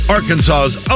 Arkansas's